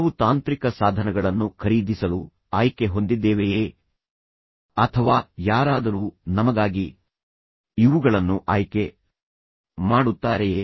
ಕೆಲವು ತಾಂತ್ರಿಕ ಸಾಧನಗಳನ್ನು ಖರೀದಿಸಲು ಆಯ್ಕೆ ಹೊಂದಿದ್ದೇವೆಯೇ ಅಥವಾ ಯಾರಾದರೂ ನಮಗಾಗಿ ಇವುಗಳನ್ನು ಆಯ್ಕೆ ಮಾಡುತ್ತಾರೆಯೇ